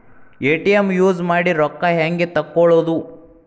ATM use ಮಾಡಿ ರೊಕ್ಕ ಹೆಂಗೆ ತಕ್ಕೊಳೋದು?